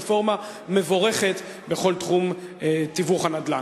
רפורמה מבורכת בכל תחום תיווך הנדל"ן.